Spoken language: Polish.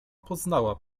poznała